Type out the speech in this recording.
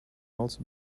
also